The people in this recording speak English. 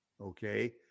okay